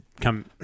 come